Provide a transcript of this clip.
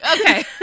Okay